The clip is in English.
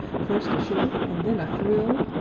first a shiver, and then a thrill,